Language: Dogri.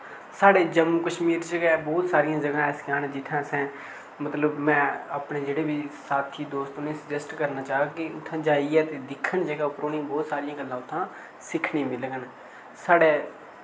साढ़े जम्मू कश्मीर च गै बोह्त सरियां जगह ऐसियां न जित्थै असें मतलब में अपने जेह्ड़े बी साथी दोस्त न उ'नें गी सुजैस्ट करना चांह्ग कि उत्थै जाइयै ते दिक्खन जेह्का उप्पर उनें बहुत सरियां गल्लां उत्थुआं सिक्खने मिलंगन साढ़ै